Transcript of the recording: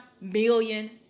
million